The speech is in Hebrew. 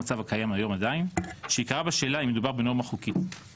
המצב הקיים היום - שעיקרה בשאלה האם מדובר בנורמה חוקתית.